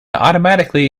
automatically